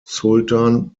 sultan